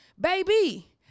baby